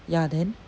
ya then